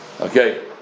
Okay